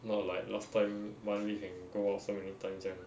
not like last time one week can go out so many times 这样